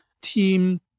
team